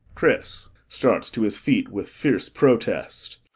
chris starts to his feet with fierce protest.